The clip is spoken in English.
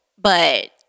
but-